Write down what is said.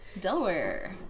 Delaware